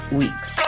weeks